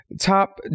top